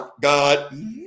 God